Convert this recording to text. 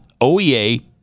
OEA